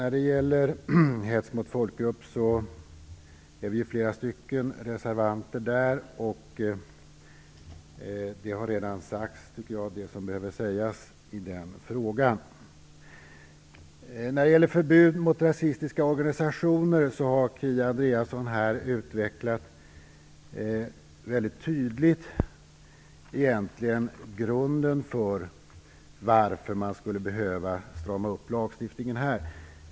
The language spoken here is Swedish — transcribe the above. I frågan om hets mot folkgrupp finns det flera reservanter, och jag tycker att det som behöver sägas i den frågan redan har sagts. Vad gäller förbud mot rasistiska organisationer har Kia Andreasson mycket tydligt utvecklat grunden för att man skulle behöva strama upp lagstiftningen.